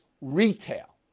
retail